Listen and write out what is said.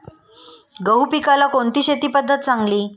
गहू पिकाला कोणती शेती पद्धत चांगली?